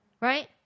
Right